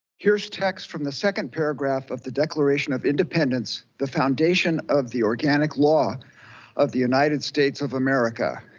here's text from the second paragraph of the declaration of independence, the foundation of the organic law of the united states of america.